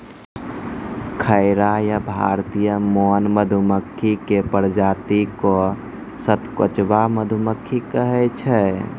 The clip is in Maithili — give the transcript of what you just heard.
खैरा या भारतीय मौन मधुमक्खी के प्रजाति क सतकोचवा मधुमक्खी कहै छै